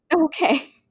okay